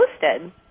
posted